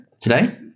Today